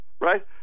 Right